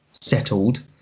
settled